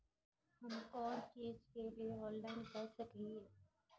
हम कोन चीज के लिए ऑनलाइन कर सके हिये?